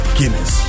Guinness